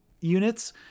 units